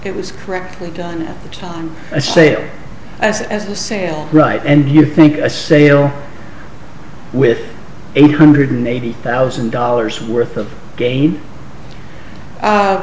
it was correctly done at the time a sale as as a sale right and you think a sale with eight hundred eighty thousand dollars worth of gain